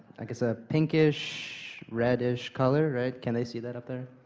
like, it's a pinkish, reddish color, right? can they see that up there?